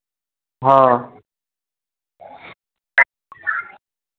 हाँ